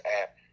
app